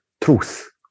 truth